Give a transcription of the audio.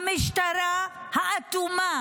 המשטרה האטומה